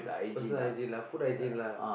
personal hygiene lah food hygiene lah